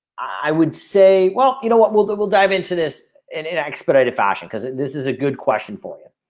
i would say well, you know what we'll but we'll dive into this and it expedited fashion cuz this is a good question for you.